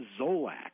zolak